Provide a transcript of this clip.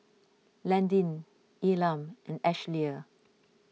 Landyn Elam and Ashlea